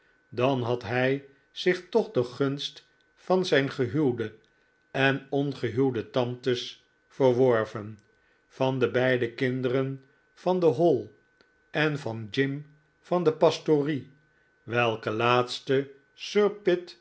dan had hij zich toch de gunst van zijn gehuwde en ongehuwde tantes verworven van de beide kinderen van de hall en van jim van de pastorie welken laatste